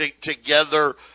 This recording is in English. together